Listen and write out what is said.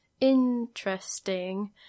interesting